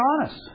honest